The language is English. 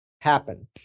happen